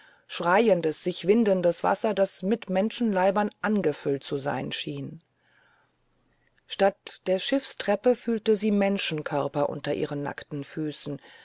schreiendes und sich windendes wasser das mit menschenleibern angefüllt zu sein schien statt der schiffstreppen fühlte sie menschenkörper unter ihren nackten füßen